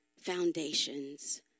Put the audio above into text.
foundations